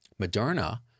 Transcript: Moderna